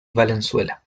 valenzuela